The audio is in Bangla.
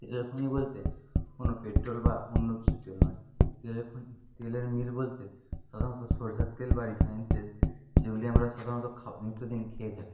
তেলের খনি বলতে কোনো পেট্রল বা অন্য কিছু তেল নয় তেলের খনি তেলের মিল বলতে সাধারণত সরষের তেল বা রিফাইন্ড তেল যেগুলি আমরা সাধারণত খা নিত্য দিন খেয়ে থাকি